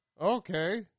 Okay